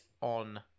on